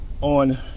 On